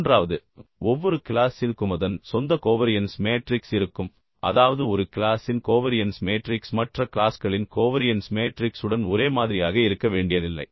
மூன்றாவது ஒவ்வொரு கிளாசிற்கும் அதன் சொந்த கோவரியன்ஸ் மேட்ரிக்ஸ் இருக்கும் அதாவது ஒரு கிளாசின் கோவரியன்ஸ் மேட்ரிக்ஸ் மற்ற க்ளாஸ்களின் கோவரியன்ஸ் மேட்ரிக்ஸுடன் ஒரே மாதிரியாக இருக்க வேண்டியதில்லை